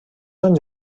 anys